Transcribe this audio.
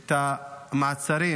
את המעצרים